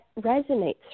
resonates